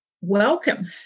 welcome